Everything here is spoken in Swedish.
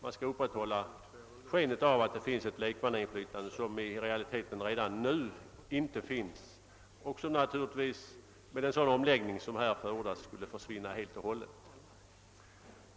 Man vill upprätthålla skenet av att det finns ett lekmannainflytande, ett infly tande som i dag är obetydligt och som naturligtvis genom en sådan omläggning som nu förordas skulle försvinna helt och hållet.